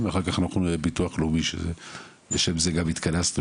ואחר כך את ביטוח לאומי כי לשם כך גם נתכנסנו,